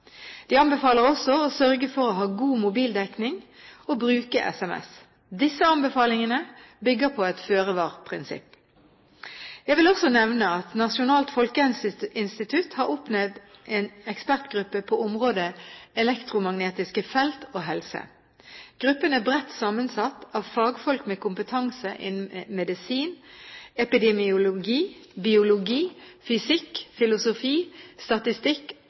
De anbefaler også å sørge for å ha god mobildekning og bruke sms. Disse anbefalingene bygger på et føre-var-prinsipp. Jeg vil også nevne at Nasjonalt folkehelseinstitutt har oppnevnt en ekspertgruppe på området elektromagnetiske felt og helse. Gruppen er bredt sammensatt av fagfolk med kompetanse innen medisin, epidemiologi, biologi, fysikk, filosofi, statistikk